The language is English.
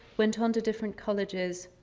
went on to different colleges.